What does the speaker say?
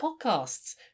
podcasts